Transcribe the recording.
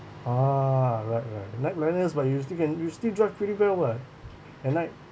oh right right night blindness but you still can you still drive pretty well [what] at night